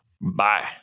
Bye